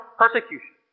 persecution